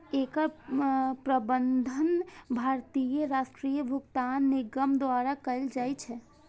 एकर प्रबंधन भारतीय राष्ट्रीय भुगतान निगम द्वारा कैल जाइ छै